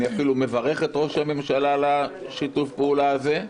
אני אפילו מברך את ראש הממשלה על שיתוף הפעולה הזה.